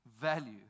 value